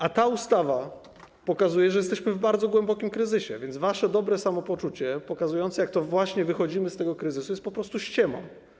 A ta ustawa pokazuje, że jesteśmy w bardzo głębokim kryzysie, więc wasze dobre samopoczucie pokazujące, jak to właśnie wychodzimy z tego kryzysu, jest po prostu ściemą.